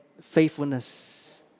faithfulness